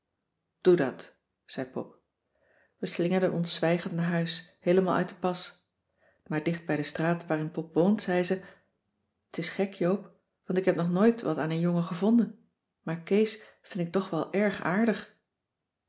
dat zei pop we slingerden ons zwijgend naar huis heelemaal uit den pas maar dicht bij de straat waarin pop woont zei ze t is gek joop want ik heb nog nooit wat aan een jongen gevonden maar kees vind ik toch wel erg aardig